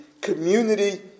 community